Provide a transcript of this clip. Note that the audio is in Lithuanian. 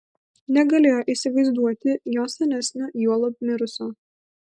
negalėjo įsivaizduoti jo senesnio juolab mirusio